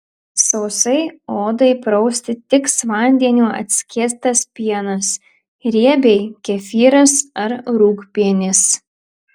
sausai odai prausti tiks vandeniu atskiestas pienas riebiai kefyras ar rūgpienis